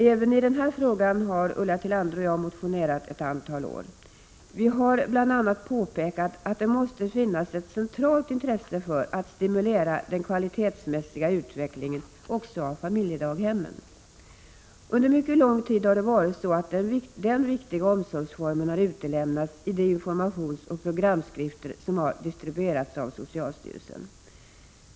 Även i denna fråga har Ulla Tillander och jag motionerat ett antal år. Vi har bl.a. påpekat att det måste finnas ett centralt intresse för att stimulera den kvalitetsmässiga utvecklingen också av familjedaghemmen. Under mycket lång tid har det varit så att den viktiga omsorgsformen har utelämnats i de informationsoch programskrifter som har distribuerats av socialstyrelsen.